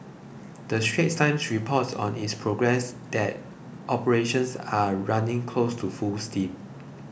the Straits Times reports on its progress now that operations are running close to full steam